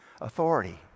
authority